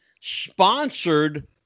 sponsored